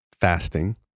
fasting